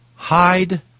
Hide